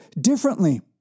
differently